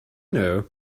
know